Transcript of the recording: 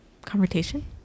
conversation